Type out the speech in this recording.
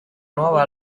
nuova